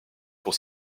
pour